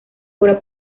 obra